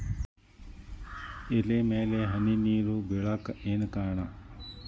ಎಲೆ ಮ್ಯಾಲ್ ಹನಿ ನೇರ್ ಬಿಳಾಕ್ ಏನು ಕಾರಣ?